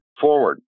forward